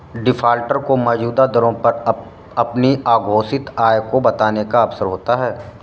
defaulter को मौजूदा दरों पर अपनी अघोषित आय को बताने का अवसर होता है